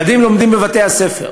ילדים לומדים בבתי-הספר.